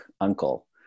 uncle